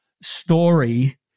Story